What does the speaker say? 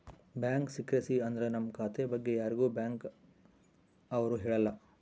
bank secrecy ಅಂದ್ರ ನಮ್ ಖಾತೆ ಬಗ್ಗೆ ಯಾರಿಗೂ ಬ್ಯಾಂಕ್ ಅವ್ರು ಹೇಳಲ್ಲ